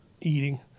eating